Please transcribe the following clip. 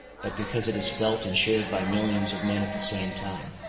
but because it is felt and shared by millions of men at the same time.